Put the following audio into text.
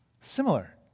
Similar